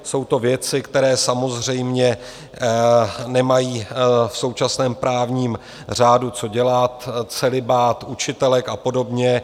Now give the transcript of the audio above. Jsou to věci, které samozřejmě nemají v současném právním řádu co dělat celibát učitelek a podobně.